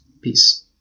peace